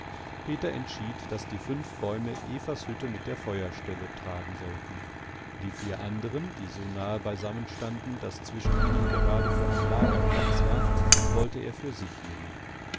peter entschied daß die fünf bäume evas hütte mit der feuerstelle tragen sollten die vier anderen die so nahe beisammenstanden daß zwischen ihnen gerade für ein lager platz war wollte er für sich nehmen